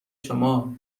شما